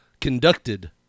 Conducted